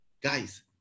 Guys